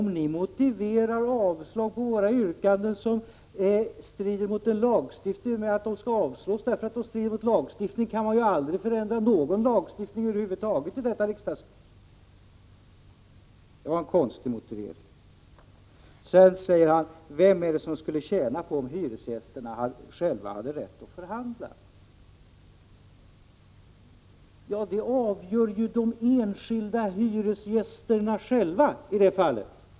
Om ni motiverar avslag på våra yrkanden med att de strider mot den lagstiftning som finns, kan man ju aldrig förändra några lagar över huvud taget, så det var en konstig motivering. Sedan frågar Rune Evensson: Vem skulle tjäna på om hyresgästerna hade rätt att själva förhandla ? Ja, det avgör ju de enskilda hyresgästerna.